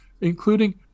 including